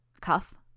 Cuff